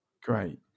Great